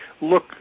look